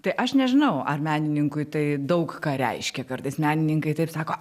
tai aš nežinau ar menininkui tai daug ką reiškia kartais menininkai taip sako